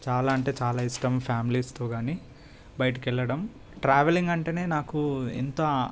చాలా అంటే చాలా ఇష్టం ఫ్యామిలీస్తో కానీ బయటికి వెళ్ళడం ట్రావెలింగ్ అంటేనే నాకు ఎంత